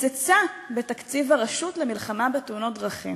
קיצצה בתקציב הרשות למלחמה בתאונות דרכים.